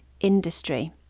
industry